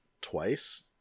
twice